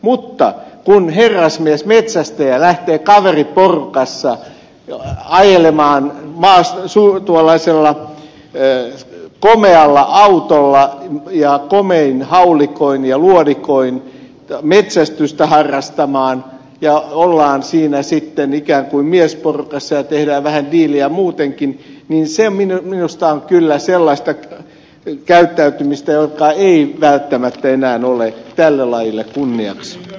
mutta kun herrasmiesmetsästäjä lähtee kaveriporukassa ajelemaan komealla autolla ja komein haulikoin ja luodikoin metsästystä harrastamaan ja ollaan siinä sitten ikään kuin miesporukassa ja tehdään vähän diiliä muutenkin niin se minusta on kyllä sellaista käyttäytymistä joka ei välttämättä enää ole tälle lajille kunniaksi